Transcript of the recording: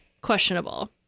questionable